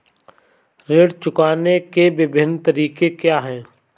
ऋण चुकाने के विभिन्न तरीके क्या हैं?